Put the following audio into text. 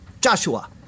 Joshua